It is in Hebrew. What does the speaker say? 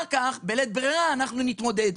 ורק אחר כך, בלית ברירה, יתמודדו.